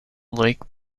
lake